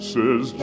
Says